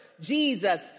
Jesus